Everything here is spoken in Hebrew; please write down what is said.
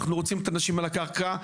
ואנחנו רוצים את האנשים על הקרקע,